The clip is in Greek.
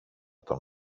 τον